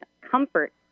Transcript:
comfort